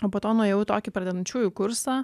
o po to nuėjau į tokį pradedančiųjų kursą